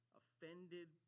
offended